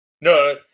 no